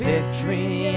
Victory